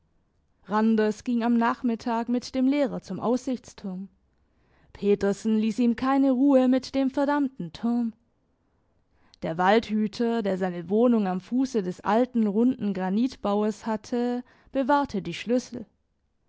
randers ging am nachmittag mit dem lehrer zum aussichtsturm petersen liess ihm keine ruhe mit dem verdammten turm der waldhüter der seine wohnung am fusse des alten runden granitbaues hatte bewahrte die schlüssel